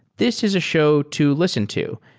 this is a show to listen to.